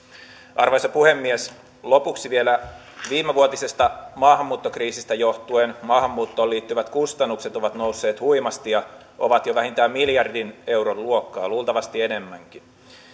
arvoisa puhemies lopuksi vielä viimevuotisesta maahanmuuttokriisistä johtuen maahanmuuttoon liittyvät kustannukset ovat nousseet huimasti ja ovat jo vähintään miljardin euron luokkaa luultavasti enemmänkin